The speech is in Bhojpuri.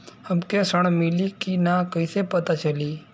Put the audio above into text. हमके ऋण मिली कि ना कैसे पता चली?